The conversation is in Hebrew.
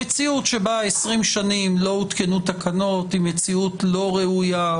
המציאות שבה 20 שנים לא הותקנו תקנות היא מציאות לא ראויה.